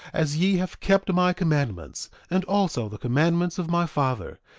as ye have kept my commandments, and also the commandments of my father,